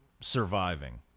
surviving